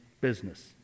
business